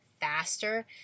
faster